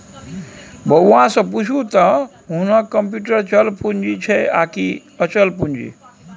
बौआ सँ पुछू त हुनक कम्युटर चल पूंजी छै आकि अचल पूंजी